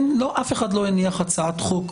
אף אחד לא הניח הצעת חוק,